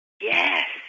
Yes